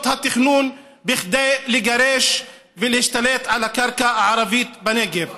התכנון כדי לגרש ולהשתלט על הקרקע הערבית בנגב.